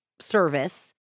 service